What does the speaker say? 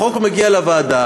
התקנה מגיעה לוועדה,